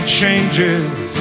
changes